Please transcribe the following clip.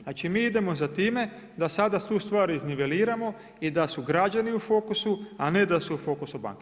Znači mi idemo za time da sada tu star izniveliramo i da su građani u fokusu, a ne da su u fokusu banke.